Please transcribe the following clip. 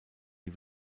die